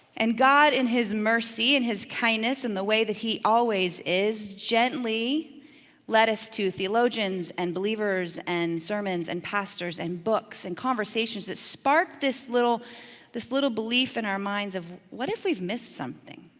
and god in his mercy, in his kindness, in the way that he always is, gently led us to theologians, and believers, believers, and sermons, and pastors, and books, and conversations that sparked this little this little belief in our minds of what if we've missed something?